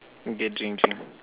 okay drink drink